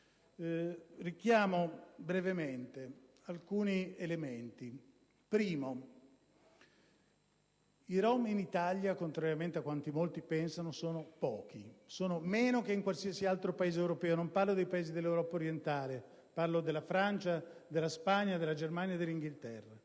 Richiamo brevemente alcuni elementi. In primo luogo, i rom in Italia, contrariamente a quanto molti pensano, sono pochi, meno che in qualsiasi altro Paese europeo (e non parlo dei Paesi dell'Europa orientale, ma della Francia, della Spagna, della Germania, del Regno